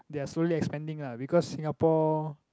they're slowly expanding lah because Singapore